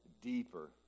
deeper